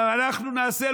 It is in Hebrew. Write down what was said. אנחנו נעשה,